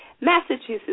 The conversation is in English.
Massachusetts